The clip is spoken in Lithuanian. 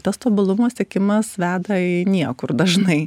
tas tobulumo siekimas veda į niekur dažnai